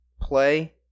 play